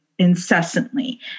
incessantly